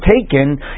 taken